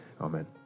Amen